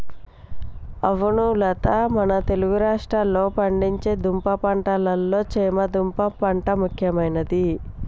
అవును లత మన తెలుగు రాష్ట్రాల్లో పండించే దుంప పంటలలో చామ దుంప పంట ముఖ్యమైనది